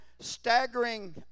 staggering